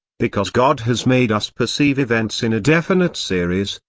because god has made us perceive events in a definite series,